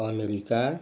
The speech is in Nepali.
अमेरिका